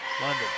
London